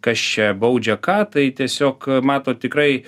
kas čia baudžia ką tai tiesiog matot tikrai